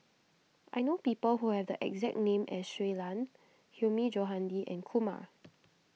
I know people who have the exact name as Shui Lan Hilmi Johandi and Kumar